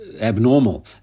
abnormal